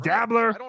Dabbler